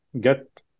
get